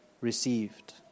received